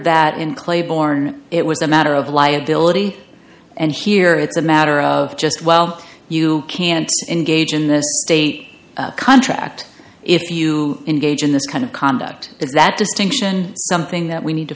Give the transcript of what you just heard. that in claiborne it was a matter of liability and here it's a matter of just well you can't engage in this state contract if you engage in this kind of conduct is that distinction something that we need to